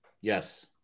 Yes